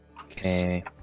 Okay